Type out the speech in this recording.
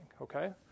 okay